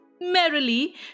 Merrily